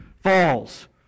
falls